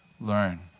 learn